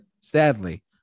sadly